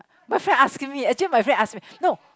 my friend asking me actually my friend ask me no